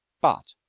but